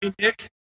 Nick